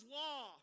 law